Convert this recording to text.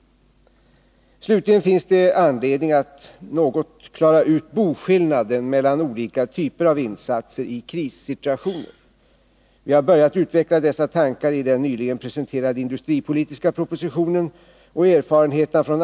Slutligen finns det anledning att något klara ut boskillnaden mellan olika typer av insatser i krissituationer. Vi har börjat utveckla dessa tankar i den nyligen Onsdagen den tet med olika krisproblem kan nu börja systematiseras.